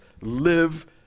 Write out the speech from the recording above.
live